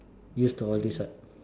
used to all this what